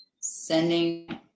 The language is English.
sending